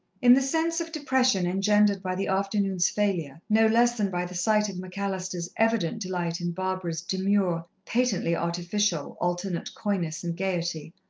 in the sense of depression engendered by the afternoon's failure, no less than by the sight of mcallister's evident delight in barbara's demure, patently-artificial, alternate coyness and gaiety,